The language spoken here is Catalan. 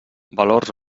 valors